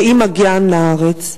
ועם הגיעם לארץ?